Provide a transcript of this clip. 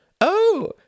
Oh